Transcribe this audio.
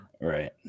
Right